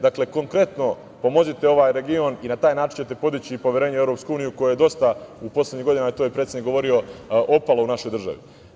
Dakle, konkretno pomozite ovaj region i na taj način ćete podići poverenje u EU koje je dosta u poslednjim godinama, to je predsednik govorio, opalo u našoj državi.